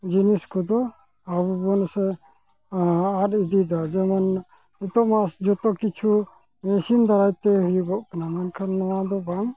ᱡᱤᱱᱤᱥ ᱠᱚᱫᱚ ᱟᱵᱚ ᱵᱚᱱ ᱥᱮ ᱟᱫ ᱤᱫᱤᱭᱫᱟ ᱡᱮᱢᱚᱱ ᱱᱤᱛᱚᱜ ᱢᱟ ᱡᱚᱛᱚ ᱠᱤᱪᱷᱩ ᱢᱮᱥᱤᱱ ᱫᱟᱨᱟᱭᱛᱮ ᱦᱩᱭᱩᱜᱚᱜ ᱠᱟᱱᱟ ᱢᱮᱱᱠᱷᱟᱱ ᱱᱚᱣᱟ ᱫᱚ ᱵᱟᱝ